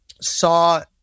saw